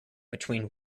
between